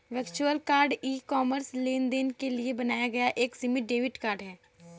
virtual card e commerce लेनदेन के लिए बनाया गया एक सीमित डेबिट कार्ड है